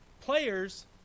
Players